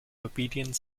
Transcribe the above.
obedient